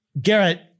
Garrett